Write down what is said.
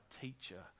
teacher